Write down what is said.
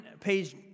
page